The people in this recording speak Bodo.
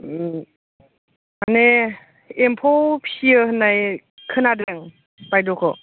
माने एम्फौ फिसियो होननाय खोनादों बायद'खौ